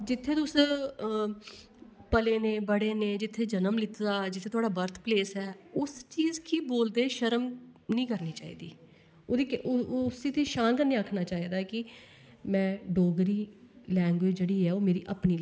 जित्थें तुस पले दे बढ़े दे जित्थें जनम लैते दा जित्थें थुआढ़ा बर्थ प्लेस ऐ उस चीज़ गी बोलदे शर्म निं करनी चाहिदी उसी ते शान कन्नै आक्खना चाहिदा की में डोगरी जेह्ड़ी लैंग्वेज़ ऐ ओह् मेरी अपनी लैंग्वेज़ ऐ